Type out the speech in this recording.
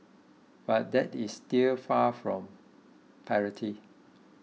but that is still far from parity